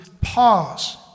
pause